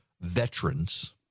veterans